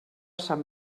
sant